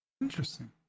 Interesting